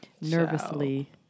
nervously